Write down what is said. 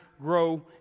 grow